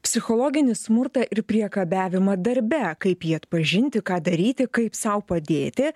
psichologinį smurtą ir priekabiavimą darbe kaip jį atpažinti ką daryti kaip sau padėti